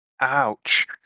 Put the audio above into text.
Ouch